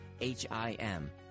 H-I-M